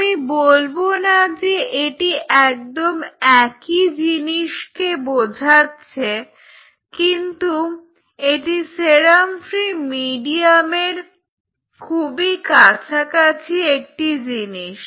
আমি বলব না যে এটি একদম একই জিনিসকে বোঝাচ্ছে কিন্তু এটি সেরাম ফ্রী মিডিয়ামের খুবই কাছাকাছি একটি জিনিস